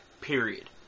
period